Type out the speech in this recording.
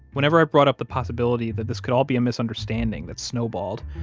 whenever i've brought up the possibility that this could all be a misunderstanding that snowballed,